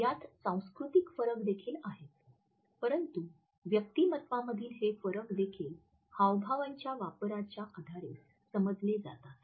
यात सांस्कृतिक फरक देखील आहेत परंतु व्यक्तिमत्त्वांमधील हे फरक देखील हावभावांच्या वापराच्या आधारे समजले जातात